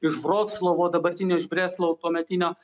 iš vroclovo dabartinio iš breslau tuometinio